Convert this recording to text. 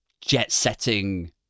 jet-setting